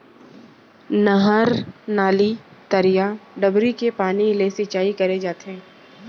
नहर, नाली, तरिया, डबरी के पानी ले सिंचाई करे जाथे